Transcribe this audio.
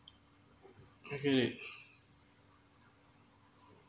calculate